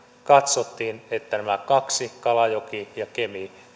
katsottiin että nämä kaksi merivartioasemaa kalajoki ja kemi